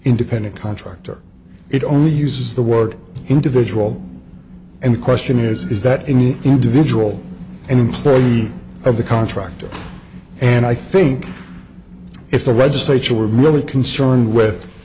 independent contractor it only uses the word individual and the question is that any individual and employee of the contractor and i think if the legislature were really concerned with